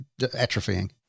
atrophying